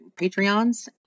patreons